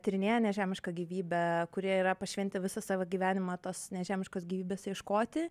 tyrinėja nežemišką gyvybę kurie yra pašventę visą savo gyvenimą tos nežemiškos gyvybės ieškoti